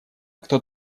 кто